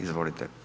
Izvolite.